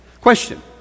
Question